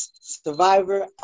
survivor